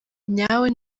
nyawe